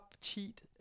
Cheat